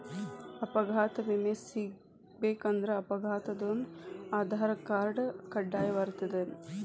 ಅಪಘಾತ್ ವಿಮೆ ಸಿಗ್ಬೇಕಂದ್ರ ಅಪ್ಘಾತಾದೊನ್ ಆಧಾರ್ರ್ಕಾರ್ಡ್ ಕಡ್ಡಾಯಿರ್ತದೇನ್?